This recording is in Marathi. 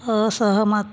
असहमत